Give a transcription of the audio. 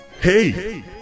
Hey